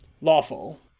Lawful